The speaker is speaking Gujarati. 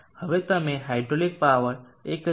હવે તમે હાઇડ્રોલિક પાવર 1000